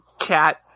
chat